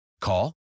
Call